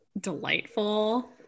delightful